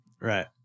Right